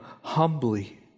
humbly